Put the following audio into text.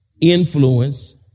influence